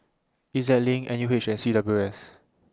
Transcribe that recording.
E Z LINK N U H and C W S